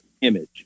image